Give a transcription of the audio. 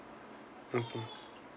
okay